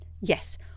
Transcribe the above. Yes